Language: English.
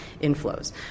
inflows